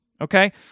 okay